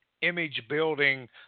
image-building